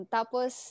Tapos